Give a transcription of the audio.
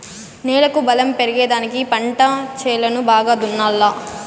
నేలకు బలం పెరిగేదానికి పంట చేలను బాగా దున్నాలా